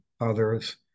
others